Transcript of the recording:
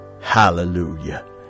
hallelujah